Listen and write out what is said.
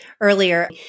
earlier